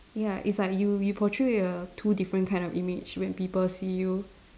ya it's like you you portray a two different kind of image when people see you